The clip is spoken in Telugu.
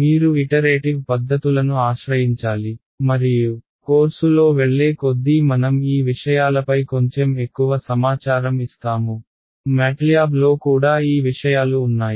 మీరు ఇటరేటివ్ పద్ధతులను ఆశ్రయించాలి మరియు కోర్సులో వెళ్లే కొద్దీ మనం ఈ విషయాలపై కొంచెం ఎక్కువ సమాచారం ఇస్తాము MATLAB లో కూడా ఈ విషయాలు ఉన్నాయి